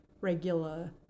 regular